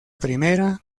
primera